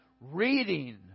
reading